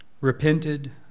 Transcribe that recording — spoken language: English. repented